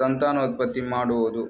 ಸಂತಾನೋತ್ಪತ್ತಿ ಮಾಡುವುದು